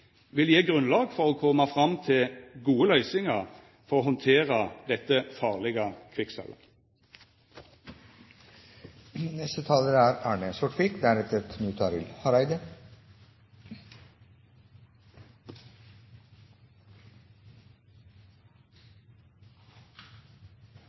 vil gje grunnlag for å koma fram til gode løysingar for å handtera dette farlege